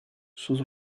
sus